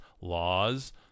laws